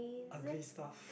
ugly stuff